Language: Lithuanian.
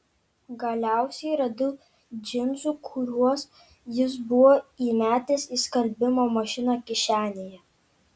galiausiai radau džinsų kuriuos jis buvo įmetęs į skalbimo mašiną kišenėje